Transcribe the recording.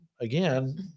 again